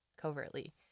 covertly